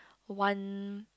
one